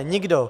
Nikdo.